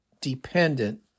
dependent